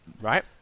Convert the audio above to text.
right